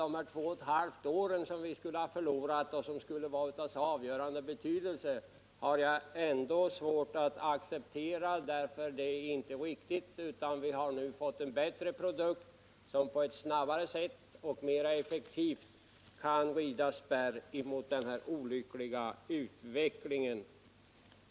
Men att vi skulle ha förlorat två och ett halvt år som skulle ha varit av så stor betydelse, är något som jag har svårt att acceptera. Det är inte riktigt. I stället har vi fått en bättre produkt, som på ett snabbare och effektivare sätt kan rida spärr mot denna olyckliga utveckling.